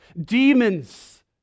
demons